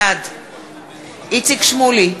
בעד איציק שמולי,